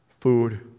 Food